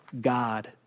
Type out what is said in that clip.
God